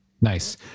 Nice